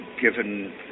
given